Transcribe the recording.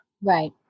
Right